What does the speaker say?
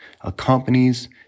accompanies